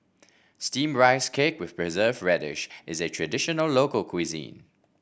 steamed Rice Cake with preserve radish is a traditional local cuisine